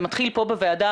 זה מתחיל פה בוועדה,